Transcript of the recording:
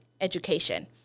education